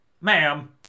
Ma'am